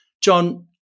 John